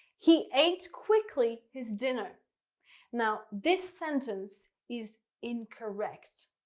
he ate quickly his dinner now this sentence is incorrect.